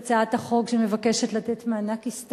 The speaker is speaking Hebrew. הצעת חוק תגמולים לנשים השוהות במקלטים לנשים מוכות (מענק הסתגלות),